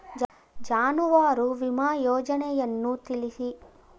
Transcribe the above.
ಜಾನುವಾರು ವಿಮಾ ಯೋಜನೆಯನ್ನು ತಿಳಿಸಿ?